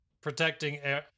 protecting